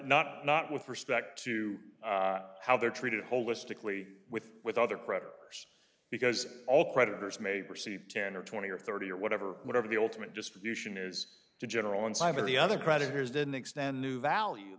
not not with respect to how they're treated holistically with with other credit because all creditors may receive ten or twenty or thirty or whatever whatever the ultimate distribution is to general and some of the other creditors didn't extend new value